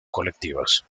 colectivas